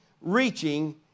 Reaching